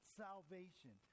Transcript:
salvation